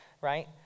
right